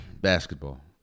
basketball